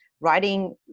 writing